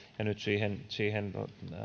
nyt siihen siihen